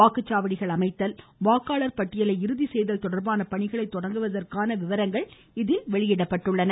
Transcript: வாக்குச்சாவடிகள் அமைத்தல் வாக்காளர் பட்டியலை இறுதி செய்தல் தொடர்பான பணிகளை தொடங்குவதற்கான விவரங்கள் இதில் இடம்பெற்றுள்ளன